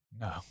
No